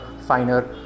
finer